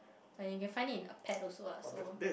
but you can find it in a pet also lah so